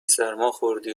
سرماخوردی